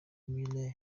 miley